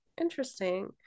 Interesting